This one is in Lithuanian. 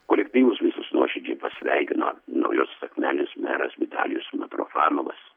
kolektyvus visus nuoširdžiai pasveikino naujosios akmenės meras vitalijus matrofanovas